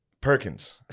Perkins